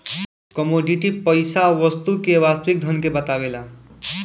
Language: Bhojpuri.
कमोडिटी पईसा वस्तु के वास्तविक धन के बतावेला